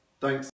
Thanks